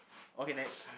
okay next